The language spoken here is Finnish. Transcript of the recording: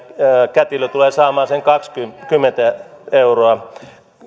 kätilö tulee saamaan sen kaksikymmentä euroa